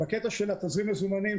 בקטע של תזרים מזומנים,